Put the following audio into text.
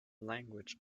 language